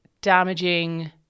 damaging